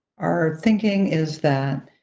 our thinking is that